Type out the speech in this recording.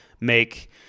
make